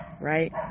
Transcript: right